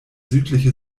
südliche